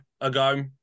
ago